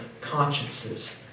consciences